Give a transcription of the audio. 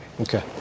Okay